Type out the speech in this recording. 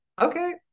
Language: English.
Okay